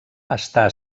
està